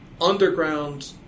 underground